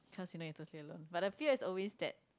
cause you know you are totally alone but the fear is always that